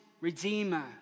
Redeemer